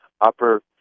Upper